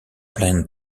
planned